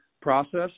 process